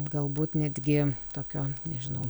galbūt netgi tokio nežinau